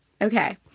Okay